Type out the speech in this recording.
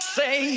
say